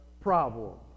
problem